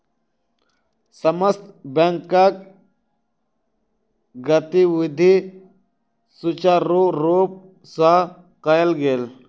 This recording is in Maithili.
समस्त बैंकक गतिविधि सुचारु रूप सँ कयल गेल